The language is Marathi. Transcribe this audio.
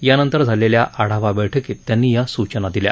यानंतर झालेल्या आढावा बैठकीत त्यांनी या सूचना दिल्या